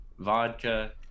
vodka